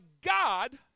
God